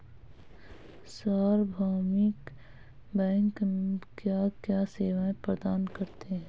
सार्वभौमिक बैंक क्या क्या सेवाएं प्रदान करते हैं?